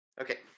Okay